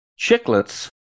Chiclets